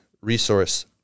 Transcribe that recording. resource